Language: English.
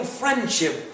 friendship